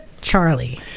Charlie